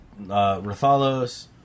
Rathalos